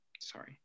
sorry